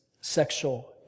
sexual